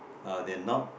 uh they are not